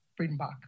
Friedenbach